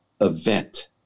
event